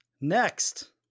Next